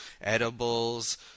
edibles